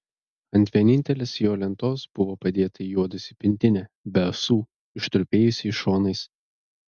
ant vienintelės jo lentos buvo padėta įjuodusi pintinė be ąsų ištrupėjusiais šonais